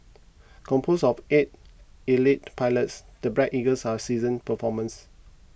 composed of eight elite pilots the Black Eagles are seasoned performers